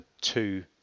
two